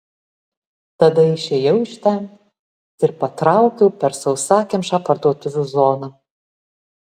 tada išėjau iš ten ir patraukiau per sausakimšą parduotuvių zoną